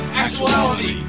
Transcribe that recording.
actuality